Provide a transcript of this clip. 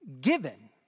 given